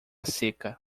seca